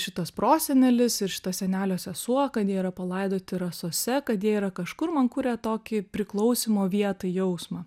šitas prosenelis ir šito senelio sesuo kad jie yra palaidoti rasose kad jie yra kažkur man kuria tokį priklausymo vietai jausmą